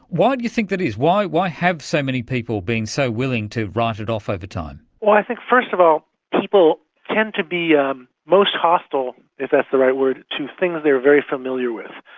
why do you think that is? why why have so many people been so willing to write it off over time? well, i think first of all people tend to be um most hostile, if that's the right word, to things they are very familiar with.